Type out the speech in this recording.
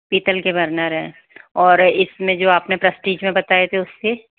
पीतल के बर्नर हैं और इसमें जो अपने प्रसटीज में बताए थे उसके